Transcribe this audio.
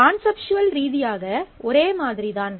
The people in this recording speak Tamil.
கான்செப்சுவல் ரீதியாக ஒரே மாதிரி தான்